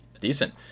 decent